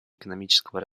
экономического